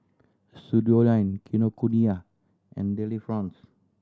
Studioline Kinokuniya and Delifrance